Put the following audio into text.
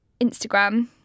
Instagram